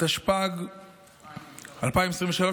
התשפ"ג 2023,